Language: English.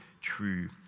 true